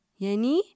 Yani